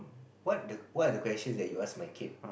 what the what are the question you asked my kid